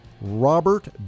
Robert